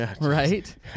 right